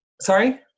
Sorry